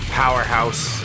powerhouse